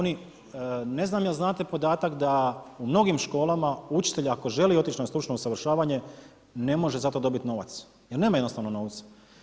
Ne znam jel znate podatak da u mnogim školama, učitelj ako želi otići na stručno usavršavanje ne može za to dobiti novac jer nema jednostavno novca.